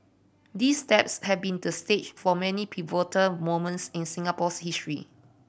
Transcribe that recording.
these steps had been the stage for many pivotal moments in Singapore's history